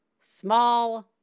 small